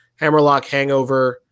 hammerlockhangover